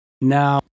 Now